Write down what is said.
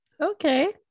Okay